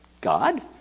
God